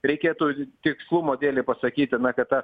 reikėtų tikslumo dėlei pasakyti na kad ta